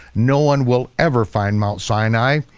no one will ever find mount sinai.